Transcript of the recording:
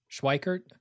Schweikert